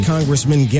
Congressman